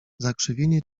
zakrzywienie